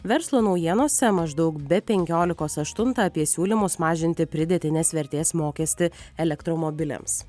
verslo naujienose maždaug be penkiolikos aštuntą apie siūlymus mažinti pridėtinės vertės mokestį elektromobiliams